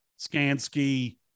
Skansky